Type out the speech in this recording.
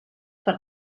per